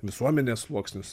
visuomenės sluoksnius